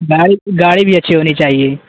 گاڑی گاڑی بھی اچھی ہونی چاہیے